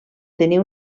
tenir